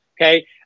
okay